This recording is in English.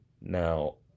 Now